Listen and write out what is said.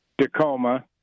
Tacoma